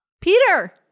Peter